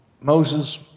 Moses